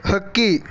ಹಕ್ಕಿ